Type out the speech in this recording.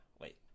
Wait